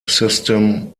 system